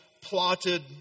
plotted